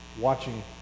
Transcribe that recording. watching